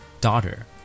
daughter